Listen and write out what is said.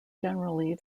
generally